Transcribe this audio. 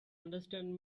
understand